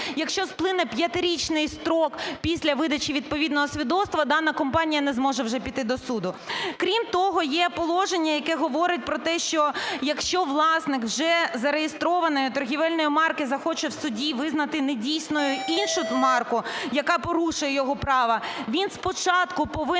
якщо сплине 5-річний строк після видачі відповідного свідоцтва, дана компанія не зможе вже піти до суду. Крім того, є положення, яке говорить про те, що, якщо власник вже зареєстрованої торгівельної марки захоче в суді визнати недійсною іншу марку, яка порушує його право, він спочатку повинен